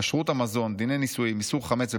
כשרות המזון, דיני נישואים, איסור חמץ בפסח,